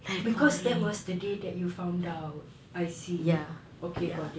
cause that was the day that you found out I see okay got it